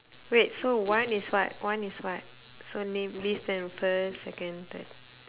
wait so one is what one is what so name list to refer first second and third